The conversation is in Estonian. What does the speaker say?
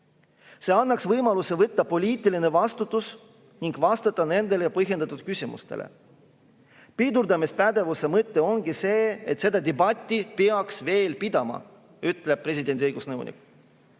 See annaks võimaluse võtta poliitiline vastutus ning vastata nendele põhjendatud küsimustele. Pidurdamispädevuse mõte ongi see, et seda debatti peaks veel pidama, ütleb presidendi õigusnõunik.